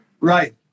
Right